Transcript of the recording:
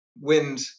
wind